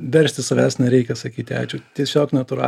versti savęs nereikia sakyti ačiū tiesiog natūra